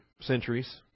centuries